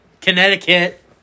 connecticut